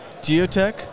Geotech